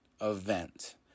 event